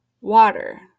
Water